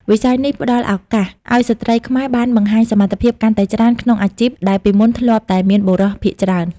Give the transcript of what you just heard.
វិស័យនេះផ្ដល់ឱកាសឱ្យស្ត្រីខ្មែរបានបង្ហាញសមត្ថភាពកាន់តែច្រើន ក្នុងអាជីពដែលពីមុនធ្លាប់តែមានបុរសភាគច្រើន។